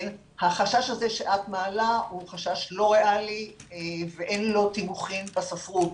החשש הזה שאת מעלה הוא חשש לא ריאלי ואין לו תימוכין בספרות,